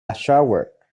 shower